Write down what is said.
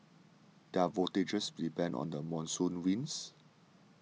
their voyages depended on the monsoon winds